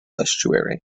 estuary